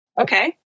okay